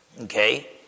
Okay